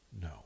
no